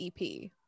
EP